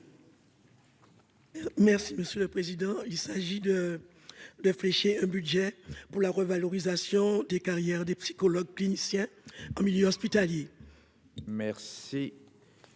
Merci monsieur le président, il s'agit de 2 un budget pour la revalorisation des carrières des psychologues cliniciens en milieu hospitalier. Merci.